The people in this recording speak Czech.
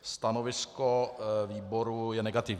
Stanovisko výboru je negativní.